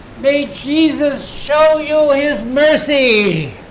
may jesus show you his mercy